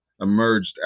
emerged